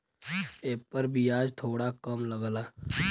एपर बियाज थोड़ा कम लगला